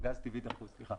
גז טבעי דחוס.